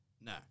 No